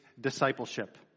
discipleship